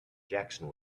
jackson